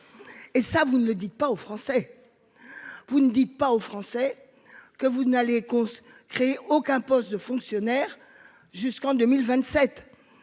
Et ça vous ne le dites pas aux français. Vous ne dites pas aux français. Que vous n'allez cause créé aucun poste de fonctionnaire, jusqu'en 2027.